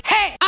Hey